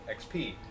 XP